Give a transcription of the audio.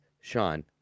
Sean